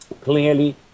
clearly